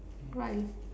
why